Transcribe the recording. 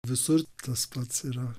visur tas pats yra